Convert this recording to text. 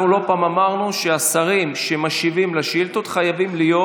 אנחנו לא פעם אמרנו שהשרים שמשיבים על שאילתות חייבים להיות,